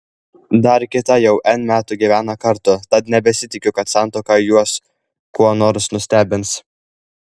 dar kita jau n metų gyvena kartu tad nebesitiki kad santuoka juos kuo nors nustebins